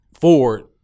Ford